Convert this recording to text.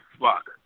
fuck